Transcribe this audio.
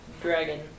dragon